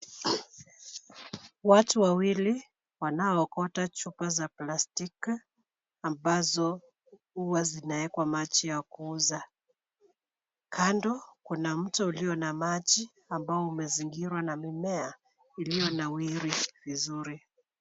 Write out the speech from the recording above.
Watu wawili wanaokota chupa za plastiki ambazo huwa zinaekwa maji ya kuuza. Kando kuna mto ulio na maji ambao umezingirwa na mimea iliyonawiri vizuri.